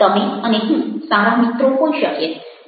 તમે અને હું સારા મિત્રો હોઈ શકીએ